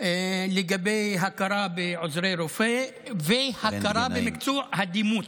לגבי הכרה בעוזרי רופא והכרה במקצוע הדימות.